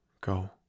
Go